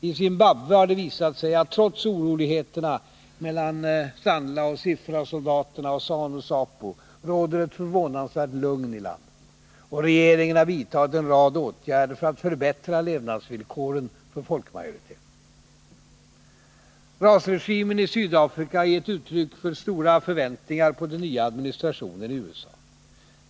Ty Zimbabwe har visat att det, trots oroligheterna mellan ZANLA och ZIPRA-soldaterna och ZANU-ZAPU, råder ett förvånansvärt lugn i landet. Och regeringen har vidtagit en rad åtgärder för att förbättra levnadsvillkoren för folkmajoriteten. Rasregimen i Sydafrika har gett uttryck för stora förväntningar på den nya administrationen i USA.